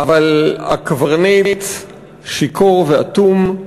אבל הקברניט שיכור ואטום,